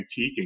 antiquing